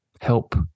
help